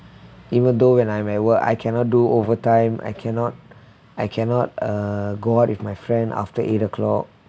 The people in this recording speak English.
even though when I'm at work I cannot do overtime I cannot I cannot uh go out with my friend after eight o'clock